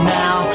now